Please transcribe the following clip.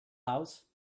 house